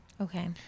Okay